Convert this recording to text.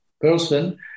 person